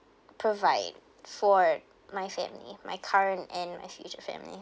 provide for my family my current and my future family